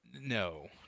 no